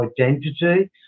identity